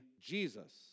Jesus